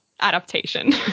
adaptation